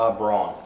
brawn